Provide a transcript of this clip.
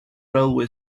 railway